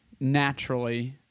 naturally